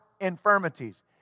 infirmities